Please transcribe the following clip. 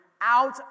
out